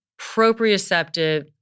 proprioceptive